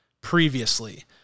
previously